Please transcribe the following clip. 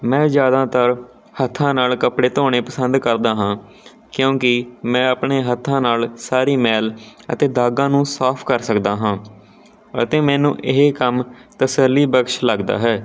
ਮੈਂ ਜ਼ਿਆਦਾਤਰ ਹੱਥਾਂ ਨਾਲ ਕੱਪੜੇ ਧੋਣੇ ਪਸੰਦ ਕਰਦਾ ਹਾਂ ਕਿਉਂਕਿ ਮੈਂ ਆਪਣੇ ਹੱਥਾਂ ਨਾਲ ਸਾਰੀ ਮੈਲ ਅਤੇ ਦਾਗਾਂ ਨੂੰ ਸਾਫ਼ ਕਰ ਸਕਦਾ ਹਾਂ ਅਤੇ ਮੈਨੂੰ ਇਹ ਕੰਮ ਤਸੱਲੀ ਬਖਸ਼ ਲੱਗਦਾ ਹੈ